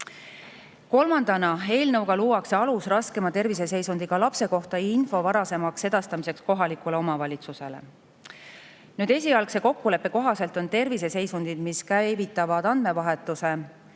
Kolmandana luuakse eelnõuga alus raskema terviseseisundiga lapse kohta info varasemaks edastamiseks kohalikule omavalitsusele. Esialgse kokkuleppe kohaselt on terviseseisundid, mis käivitavad andmevahetuse,